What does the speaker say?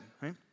right